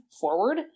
forward